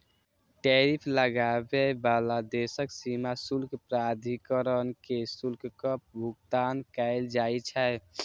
tariff लगाबै बला देशक सीमा शुल्क प्राधिकरण कें शुल्कक भुगतान कैल जाइ छै